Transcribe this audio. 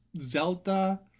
Zelda